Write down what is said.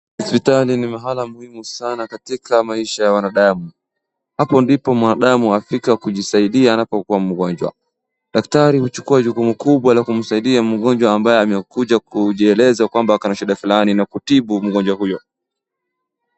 Hosipitali ni mahali muhimu sana katika maisha ya wanadamu. Hapo ndipo mwanadamu hakika kujisaidia anapokuwa mgonjwa. Daktari huchukua jukumu kubwa la kumsaidia mgonjwa ambaye amekuja kujieleza kwamba ako na shida fulani na kutibu mgonjwa huyo.